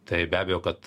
tai be abejo kad